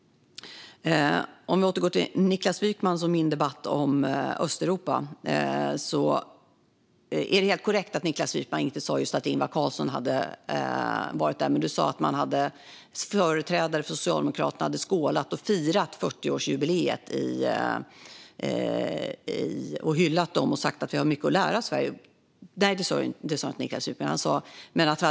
Om vi återgår till Niklas Wykmans och min debatt om Östeuropa är det helt korrekt att Niklas Wykman inte sa att just Ingvar Carlsson hade varit där. Men han sa att företrädare för Socialdemokraterna hade skålat och firat i samband med 40-årsjubileet.